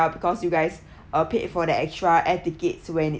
because you guys uh paid for that extra air tickets when it's